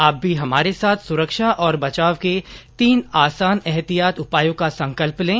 आप भी हमारे साथ सुरक्षा और बचाव के तीन आसान एहतियाती उपायों का संकल्प लें